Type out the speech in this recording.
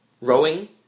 Rowing